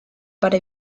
para